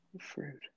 Fruit